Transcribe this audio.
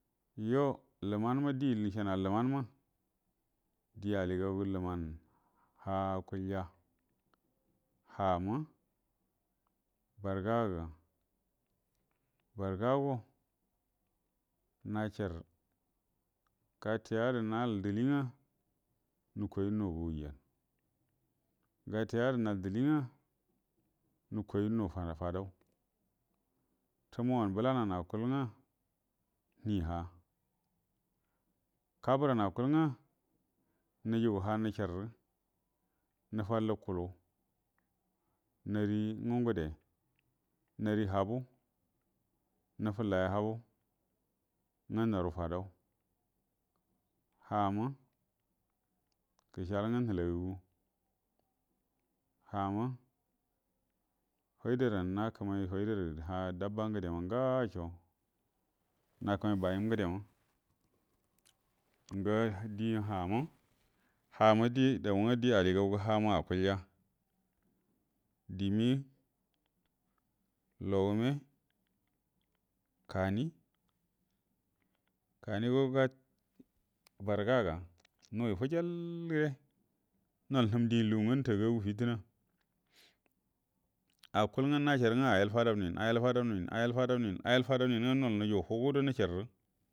Yo lumnma dingə ishanuga lumanma di aligau gə lumanə ha akulya hama barga gə barəgago nasbarə gatiyadə yayalə dili ngə nukoi nuga wajanə gatiyadə nal dili nga nukai nu fudu tumuwanə bəlananə akul ngə nhi ha kabəran akul ngə nujugu ha nisharə nufallə kulu nəri ngugəde nari habu nufallaiya habu nga haru fadau ha ma gəshal nga nhəlagugu ha ma faida ranə nakəmai faidarə ha dabba ngədema nga asho nakəmai bahim ngədema ga id ha ina hama di dau nga di aligau gə ha ina akulya dimi logume kani kanigo gad barəga ga nuwi fəjall-ləge nol uhum dingə lugu nga nəta gagu fitəna akul nga na sharə nga ayal fadau ninə ayal fadau ninə ayal fadau nine nga nol nujugu hugudo nisharrə.